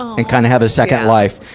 and kind of have a second life.